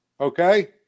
Okay